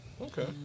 Okay